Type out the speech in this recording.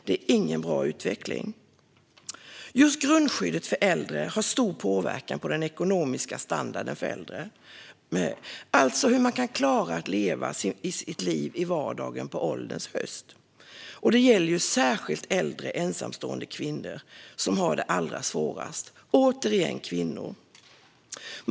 Det är ingen bra utveckling. Just grundskyddet för äldre har stor inverkan på den ekonomiska standarden för äldre, alltså hur man klarar att leva sitt liv i vardagen på ålderns höst. Detta gäller särskilt äldre ensamstående kvinnor, som har det allra svårast. Återigen är det kvinnorna.